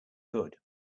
good